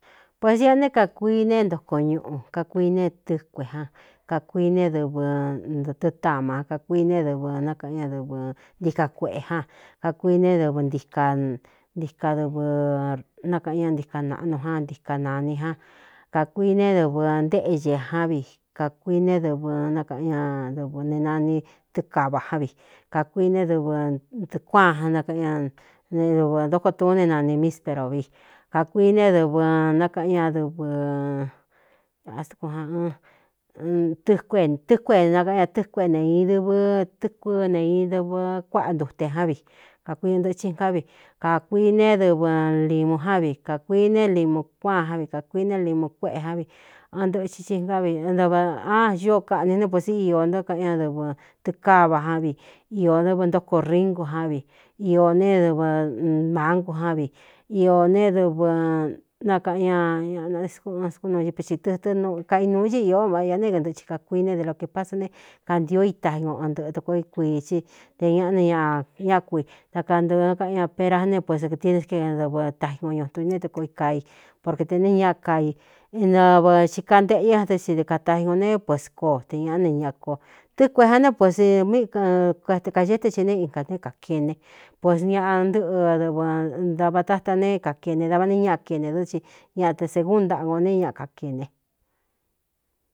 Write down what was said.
Puesi a néé kākuii ne ntoko ñuꞌu kakuii neé tɨ́kuē jan kakuii ne dɨvɨ ntɨtɨ taman kākuii ne dɨvɨ nákaꞌan ñadɨvɨ ntika kueꞌe jan kakuii ne dɨvɨ ntika ntika dɨvɨ nákaꞌan ñá ntika naꞌnu ján ntika nāni a kākuii ne dɨvɨ ntéꞌñe ján vi kākuii ne dɨvɨ nákꞌan ñadɨv nee nani tɨkava ján vi kākuii né dɨvɨɨꞌɨkuáan an nkꞌan ñaedvɨ ntóko tuún ne nani místero vi kākuii ne dɨvɨ nákꞌan ñaɨnantɨkutɨ́ku e nakaꞌan ña tɨ́kue e neīn dɨvɨ tɨ́kuí neī dɨvɨ kuáꞌa ntute ján vi kākui ɨn ndɨ̄chɨ ngá vi kākuii ne dɨvɨ limu ján vi kākuii ne limu kuáan ján vi kākuii ne limu kuéꞌe ján vi ɨn ntɨthi i ná viɨv á ñío kaꞌni né puesi iō ntó kꞌan ña dɨvɨ̄ tikáva ján vi iō dɨvɨ ntóko ringu ján vi iō ne dɨvɨmāngu ján vi iō ne dɨvɨ nakaꞌa ñañniiitɨɨ kainūu cɨ īó váꞌ ia né kntɨꞌthi kakuii ne de lo kēpáā sa ne kantió itañun o ɨn ntɨꞌɨ toko í kuiī cí te ñaꞌa ne ña ñá kui da kantɨꞌɨ̄ kaꞌan ña pera n ne pues tini ké ñ dɨvɨ taꞌñun o ñutu i neé tɨko i ka i porke tē nɨ ña kanɨvɨ chika nteꞌñé andɨ́csi dikatañun ne puesko te ñāꞌá ne ña ko tɨ́kuē an né puesmekaxee te thi ne ingā ne kākene pues ñaꞌa ntɨꞌɨ dɨvɨ dava táta ne kākene davá ni ñaꞌa kene dú́ csi ñaꞌa te sēgún ntaꞌa ngo ne ñaꞌ kakene.